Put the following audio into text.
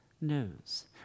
news